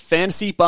Fantasy